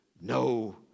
no